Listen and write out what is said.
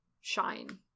shine